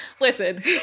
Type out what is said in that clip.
Listen